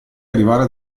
arrivare